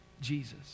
Jesus